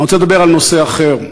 אני רוצה לדבר על נושא אחר.